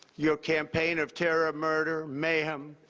your campaign of terror, murder, mayhem,